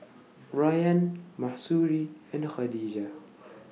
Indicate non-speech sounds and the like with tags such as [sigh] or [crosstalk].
[noise] Rayyan Mahsuri and Khadija [noise]